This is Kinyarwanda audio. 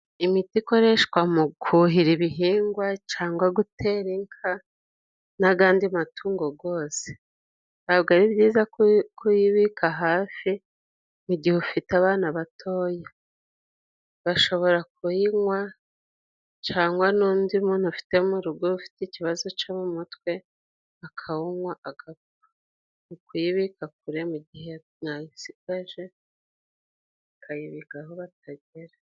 Imiti ikoreshwa mu kuhira ibihingwa cangwa gutera inka n'agandi matungo gose. Nta bwo ari byiza kuyibika hafi mu gihe ufite abana batoya. Bashobora kuyinywa cangwa n'undi muntu ufite mu rugo ufite ikibazo co mu mutwe akawuywa agapfa. Ni ukuyibika kure mu gihe mwayisigaje, ukayibikaho batagera.